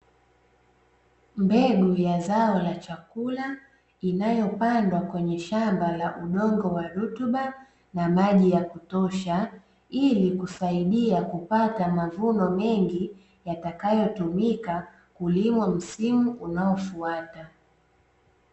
Mbegu ya zao la chakula, inayopandwa kwenye shamba la udongo wenye rutuba na maji ya kutosha, ili kusaidia kupata mavuno mengi yatakayotumika kulimwa msimu unaofuata.